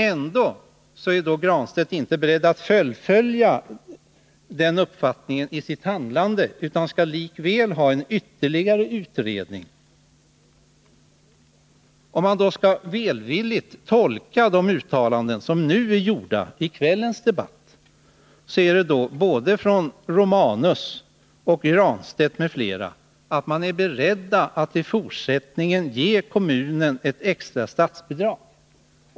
Ändå är han inte beredd att följa den uppfattningen i sitt handlande, utan han skall likväl ha en ytterligare utredning. Om vi välvilligt skall tolka de uttalanden som Gabriel Romanus, Pär Granstedt och andra gjort i kvällens debatt, så finner vi att man är beredd att i fortsättningen ge kommunen extra statsbidrag.